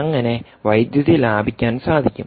അങ്ങനെ വൈദ്യുതി ലാഭിക്കാൻ സാധിക്കും